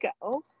go